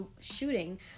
shooting